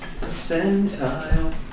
Percentile